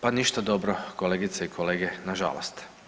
Pa ništa dobro kolegice i kolege nažalost.